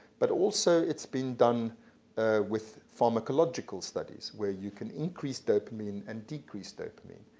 but also it's been done with pharmacological studie s where you can increase dopamine and decrease dopamine.